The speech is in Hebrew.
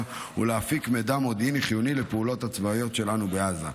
ולהפיק מידע מודיעיני חיוני לפעולות הצבאיות שלנו בעזה.